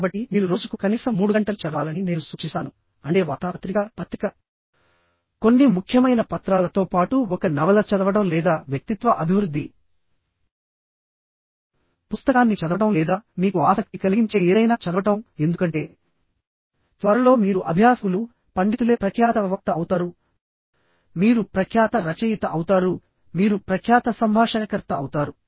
కాబట్టి మీరు రోజుకు కనీసం 3 గంటలు చదవాలని నేను సూచిస్తాను అంటే వార్తాపత్రిక పత్రిక కొన్ని ముఖ్యమైన పత్రాలతో పాటు ఒక నవల చదవడం లేదా వ్యక్తిత్వ అభివృద్ధి పుస్తకాన్ని చదవడం లేదా మీకు ఆసక్తి కలిగించే ఏదైనా చదవడం ఎందుకంటే త్వరలో మీరు అభ్యాసకులు అవుతారు మీరు పండితులే అవుతారు మీరు ప్రఖ్యాత వక్త అవుతారు మీరు ప్రఖ్యాత రచయిత అవుతారు మీరు ప్రఖ్యాత సంభాషణకర్త అవుతారు